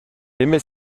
aimait